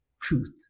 truth